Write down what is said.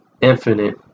infinite